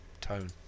tone